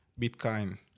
Bitcoin